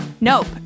Nope